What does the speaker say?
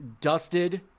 Dusted